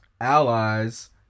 allies